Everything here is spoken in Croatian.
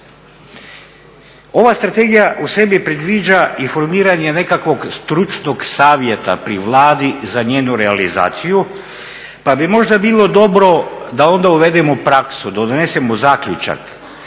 Ova strategija u sebi predviđa i formiranje nekakvog stručnog savjeta pri Vladi za njenu realizaciju pa bi možda bilo dobro da onda uvedemo praksu, da donesemo zaključak,